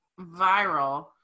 viral